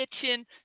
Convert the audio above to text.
kitchen